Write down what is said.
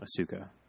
Asuka